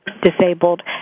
disabled